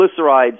triglycerides